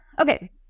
Okay